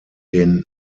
den